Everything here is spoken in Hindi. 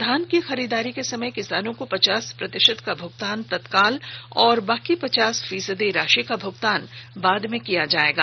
धान की खरीदारी के समय किसानों को पचास प्रतिशत का भुगतान तत्काल और शेष पचास फीसदी राशि का भुगतान बाद में किया जायेगा